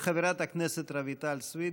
חברת הכנסת רויטל סויד,